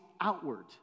outward